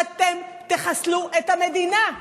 אתם תחסלו את המדינה,